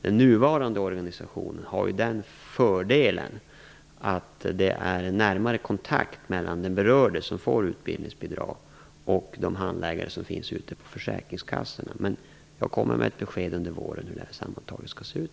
Den nuvarande organisationen har den fördelen att det är närmare kontakt mellan den som får utbildningsbidrag och de handläggare som finns ute på försäkringskassorna. Men jag kommer med ett besked under våren om hur detta sammantaget skall se ut.